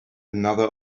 another